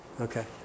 Okay